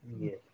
Yes